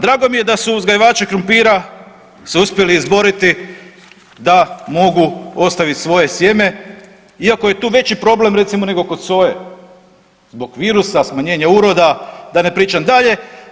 Drago mi je da su uzgajivači krumpira se uspjeli izboriti da mogu ostavit svoje sjeme iako je tu veći problem recimo nego kod soje, zbog virusa, smanjenja uroda, da ne pričam dalje.